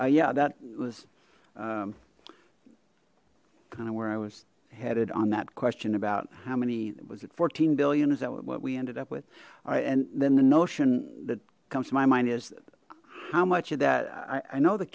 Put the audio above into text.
you yeah that was kind of where i was headed on that question about how many was it fourteen billion is that what we ended up with alright and then the notion that comes to my mind is how much of that i i know the